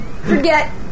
forget